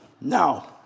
now